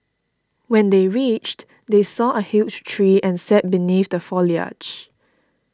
when they reached they saw a huge tree and sat beneath the foliage